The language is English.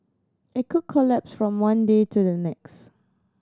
it could collapse from one day to the next